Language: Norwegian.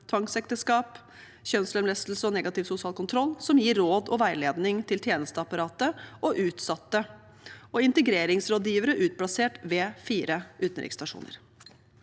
tvangsekteskap, kjønnslemlestelse og negativ sosial kontroll, som gir råd og veiledning til tjenesteapparatet og utsatte, og integreringsrådgivere utplassert ved fire utenriksstasjoner.